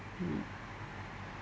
mm